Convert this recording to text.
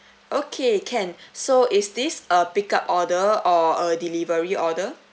okay can so is this a pick up order or a delivery order